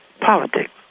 politics